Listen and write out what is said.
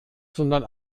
sondern